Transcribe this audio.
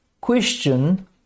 question